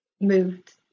moved